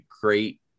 great